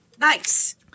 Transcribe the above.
Nice